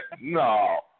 No